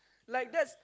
like that's